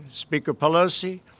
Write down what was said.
speaker pelosi,